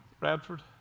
Radford